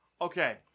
Okay